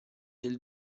del